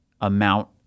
amount